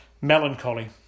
melancholy